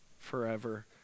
forever